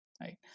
right